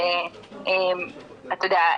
אתה יודע,